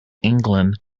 england